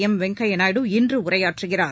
M Venkaiah Naidu இன்று நிறைவுரையாற்றுகிறார்